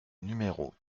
numéro